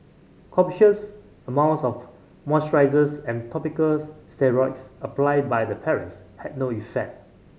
copious amounts of moisturisers and topical steroids applied by the parents had no effect